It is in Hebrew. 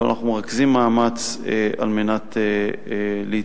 אבל אנחנו מרכזים מאמץ על מנת להתקדם